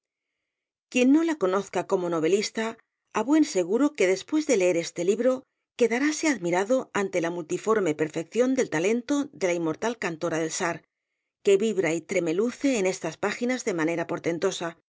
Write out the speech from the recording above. quien no la conozca como novelista á buen seguro que después de leer este libro quedaráse admirado ante la multiforme perfección del talento de la inmortal cantora del sar que vibra y tremeluce en estas páginas de manera portentosa